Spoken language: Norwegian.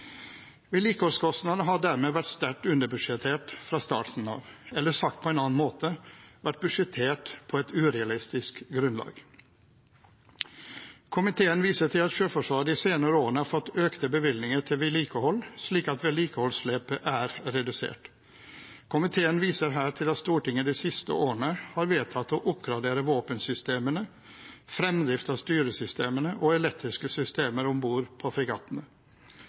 har dermed vært sterkt underbudsjettert fra starten av, eller – sagt på en annen måte – vært budsjettert på et urealistisk grunnlag. Komiteen viser til at Sjøforsvaret de senere årene har fått økte bevilgninger til vedlikehold, slik at vedlikeholdsetterslepet er redusert. Komiteen viser her til at Stortinget de siste årene har vedtatt å oppgradere våpensystemene, fremdrift av styresystemene og elektriske systemer om bord på